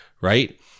right